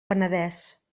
penedès